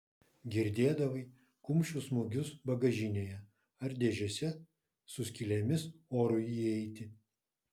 girdėdavai kumščių smūgius bagažinėje ar dėžėse su skylėmis orui įeiti